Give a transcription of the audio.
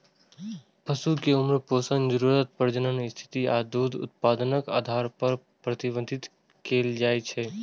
पशु कें उम्र, पोषण जरूरत, प्रजनन स्थिति आ दूध उत्पादनक आधार पर प्रबंधित कैल जाइ छै